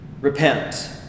repent